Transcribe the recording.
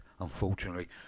Unfortunately